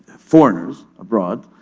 foreigners abroad.